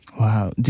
Wow